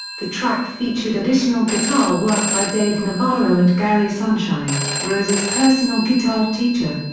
the track featured additional guitar work by dave navarro and gary sunshine, rose's personal guitar teacher.